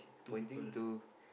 pointing to